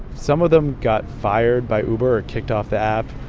some of them got fired by uber or kicked off the app.